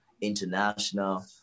international